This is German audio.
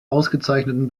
ausgezeichneten